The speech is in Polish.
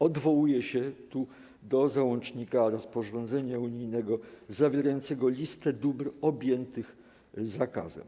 Odwołano się tu do załącznika rozporządzenia unijnego zawierającego listę dóbr objętych zakazem.